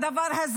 הדבר,